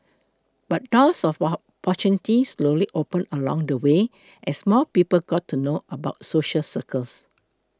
but doors of opportunity slowly opened along the way as more people got to know about social circus